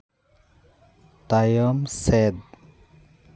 ᱛᱟᱭᱚᱢ ᱥᱮᱫ